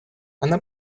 она